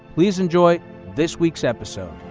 please enjoy this week's episode.